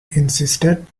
insisted